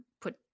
put